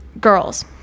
girls